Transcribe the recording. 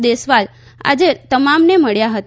દેસવાલ આજે તમામને મબ્યા હતા